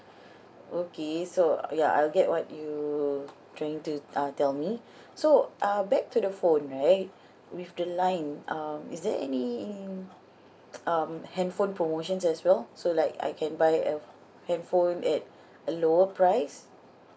okay so ya I will get what you trying to uh tell me so uh back to the phone right with the line um is there any um handphone promotions as well so like I can buy a handphone at a lower price